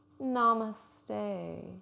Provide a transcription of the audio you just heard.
namaste